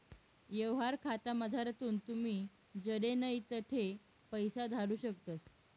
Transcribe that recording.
यवहार खातामझारथून तुमी जडे नै तठे पैसा धाडू शकतस